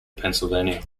pennsylvania